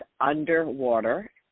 underwater